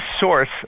source